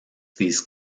these